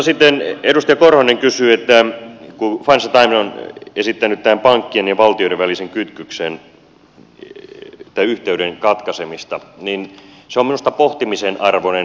sitten edustaja korhonen kysyi että kun financial times on esittänyt tämän pankkien ja valtioiden välisen yhteyden katkaisemista niin se on minusta pohtimisen arvoinen asia